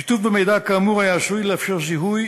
שיתוף במידע כאמור היה עשוי לאפשר זיהוי,